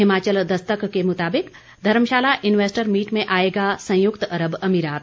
हिमाचल दस्तक के मुताबिक Dharamshala investor meet में आएगा संयुक्त अरब अमीरात